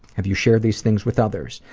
have you shared these things with others?